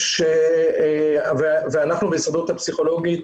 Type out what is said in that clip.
אנחנו בהסתדרות הפסיכולוגים,